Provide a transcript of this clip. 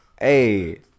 hey